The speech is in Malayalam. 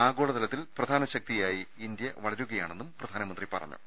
ആഗോളതലത്തിൽ പ്രധാന ശക്തിയായി ഇന്ത്യ വളരുകയാണെന്നും പ്രധാനമന്ത്രി പറഞ്ഞു